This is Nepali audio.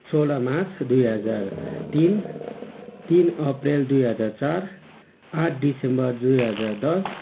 सोह्र मार्च दुई हजार तिन तिन अप्रेल दुई हजार चार आठ दिसम्बर दुई हजार दस